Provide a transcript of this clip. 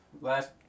last